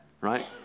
right